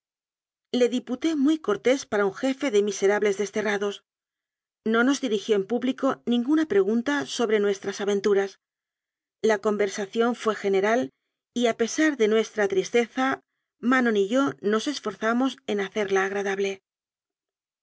le diputé muy cortés para un jefe de miserables desterrados no nos dirigió en público ninguna pregunta sobre nuestras aventuras la conversación fué general y a pesar de nuestra tristeza manon y yo nos esforzamos en hacerla agradable